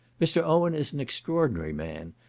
mr. owen is an extraordinary man,